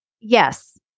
Yes